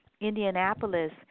Indianapolis